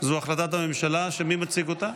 זו החלטת הממשלה, מי מציג אותה?